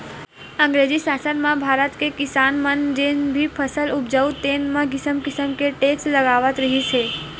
अंगरेजी सासन म भारत के किसान मन जेन भी फसल उपजावय तेन म किसम किसम के टेक्स लगावत रिहिस हे